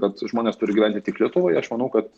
kad žmonės turi gyventi tik lietuvoj aš manau kad